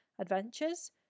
Adventures